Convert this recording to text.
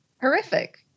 horrific